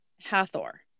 Hathor